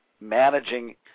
managing